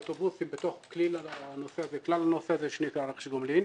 זה רק מקרה האוטובוסים בתוך כלל הנושא הזה שנקרא רכש גומלין.